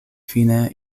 fine